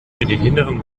hinteren